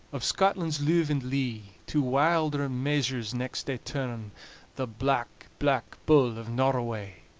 of scotland's luve and lee. to wilder measures next they turn the black, black bull of norroway!